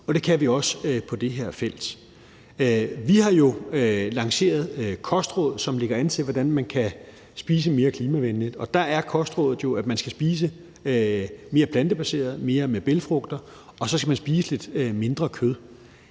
og det kan vi også på det her felt. Vi har jo lanceret kostråd, som lægger an til, at man kan spise mere klimavenligt, og der er kostrådet jo, at man skal spise mere plantebaseret, flere bælgfrugter, og så skal man spise lidt mindre kød.